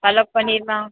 પાલક પનીરમાં